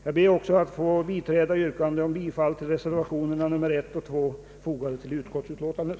Jag ber också att få yrka bifall till reservationerna I och II fogade till utskottsutlåtandet.